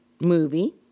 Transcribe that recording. movie